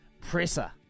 presser